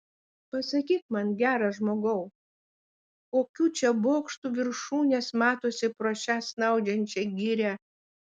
pasakyk man geras žmogau kokių čia bokštų viršūnės matosi pro šią snaudžiančią girią